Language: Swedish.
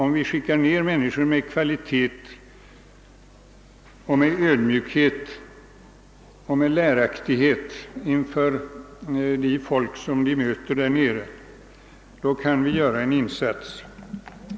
Om vi skickar ned människor med kvalitet, ödmjukhet och läraktighet inför de folk som finns där nere, då kan vi göra en insats.